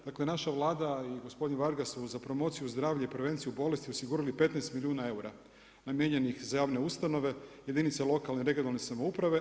Dakle, naša Vlada i gospodin Varga su za promociju zdravlja i prevenciju bolesti osigurali 15 milijuna eura, namijenjeni za javne ustanove, jedinice lokalne i regionalne samouprave.